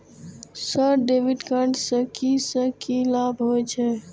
Sir debit card से की से की लाभ हे छे?